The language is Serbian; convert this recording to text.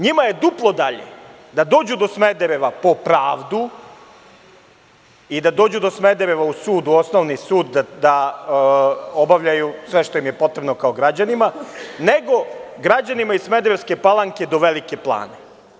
Njima je duplo dalje da dođu do Smedereva po pravdu i da dođu do Smedereva u osnovni sud da obavljaju sve što im je potrebno kao građanima, nego građanima iz Smederevske Palanke do Velike Plane.